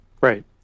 Right